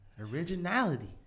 originality